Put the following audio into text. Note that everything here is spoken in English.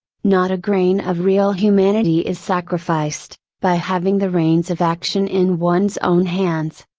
not a grain of real humanity is sacrificed, by having the reins of action in one's own hands.